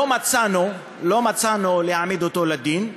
לא מצאנו להעמיד אותו לדין,